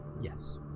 Yes